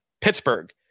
Pittsburgh